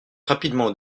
rapidement